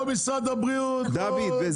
לא משרד הבריאות ולא אחרים, הכול זה אוצר.